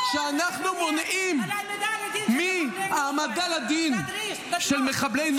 שאנחנו מונעים מהעמדה לדין של מחבלי נוח'בה?